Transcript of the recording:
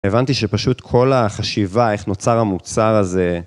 הבנתי שפשוט כל החשיבה, איך נוצר המוצר הזה...